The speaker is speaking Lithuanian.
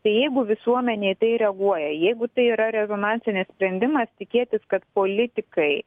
tai jeigu visuomenė į tai reaguoja jeigu tai yra rezonansinis sprendimas tikėtis kad politikai